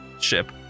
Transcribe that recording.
ship